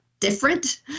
Different